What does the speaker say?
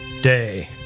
day